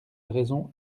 raison